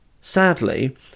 Sadly